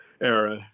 era